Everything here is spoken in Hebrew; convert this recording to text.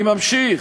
אני ממשיך: